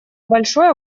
большой